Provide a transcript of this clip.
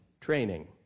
training